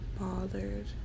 bothered